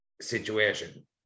situation